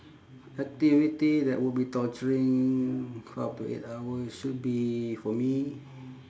activity that would be torturing up to eight hours should be for me